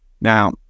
Now